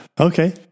okay